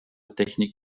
technik